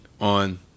on